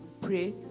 pray